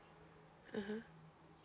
mmhmm